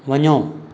वञो